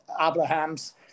Abrahams